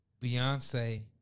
Beyonce